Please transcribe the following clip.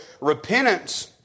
Repentance